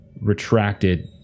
retracted